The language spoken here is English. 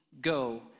go